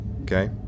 Okay